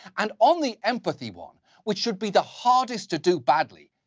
and on the empathy one, which should be the hardest to do badly,